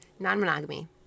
Non-monogamy